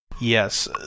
Yes